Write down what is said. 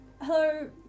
Hello